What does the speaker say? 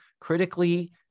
critically